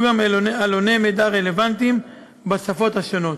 גם עלוני מידע רלוונטיים בשפות השונות.